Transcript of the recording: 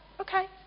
okay